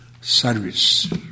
Service